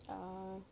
ah